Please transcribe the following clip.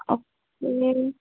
okay